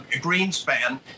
Greenspan